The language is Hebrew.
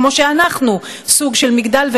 כמו שאנחנו סוג של מגדל,